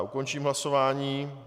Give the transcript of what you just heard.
Ukončím hlasování.